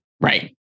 Right